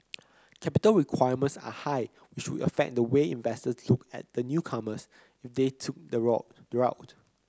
capital requirements are high which would affect the way investors looked at the newcomers if they took the route